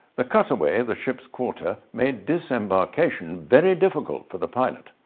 the cut away of the ship's quarter made disembarkation very difficult for the pilot,